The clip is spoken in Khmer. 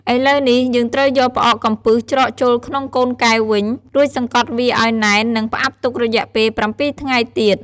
ឥឡូវនេះ យើងត្រូវយកផ្អកកំពឹសច្រកចូលក្នុងកូនកែវវិញ រួចសង្កត់វាឱ្យណែន និងផ្អាប់ទុករយៈពេល៧ថ្ងៃទៀត។